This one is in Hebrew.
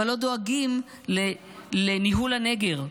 אבל לא דואגים לניהול הנגר,